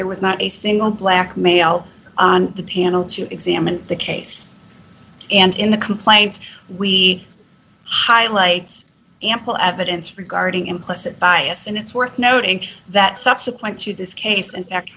there was not a single black male on the panel to examine the case and in the complaint we highlights ample evidence regarding implicit bias and it's worth noting that subsequent to this case in fact